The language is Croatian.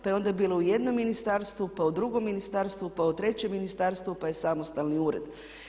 Pa je onda bilo u jednom ministarstvu, pa u drugom ministarstvu, pa u trećem ministarstvu pa je samostalni ured.